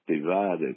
divided